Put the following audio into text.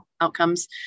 outcomes